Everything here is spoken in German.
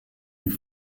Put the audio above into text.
die